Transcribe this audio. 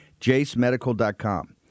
JaceMedical.com